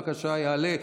בבקשה, יעלה.